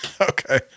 Okay